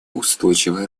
устойчивое